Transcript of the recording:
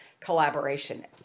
collaboration